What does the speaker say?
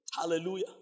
Hallelujah